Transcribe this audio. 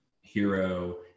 Hero